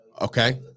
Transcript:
Okay